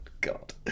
God